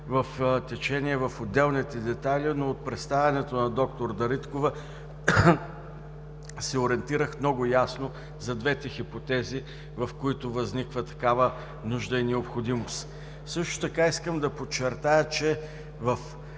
в течение в отделните детайли, но от представянето на д-р Дариткова се ориентирах много ясно за двете хипотези, в които възникват такава нужда и необходимост. Също така искам да подчертая, че в